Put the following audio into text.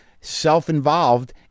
self-involved